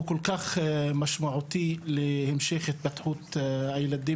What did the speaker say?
הוא כל כך משמעותי להמשך התפתחות הילדים